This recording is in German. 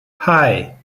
hei